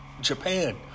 Japan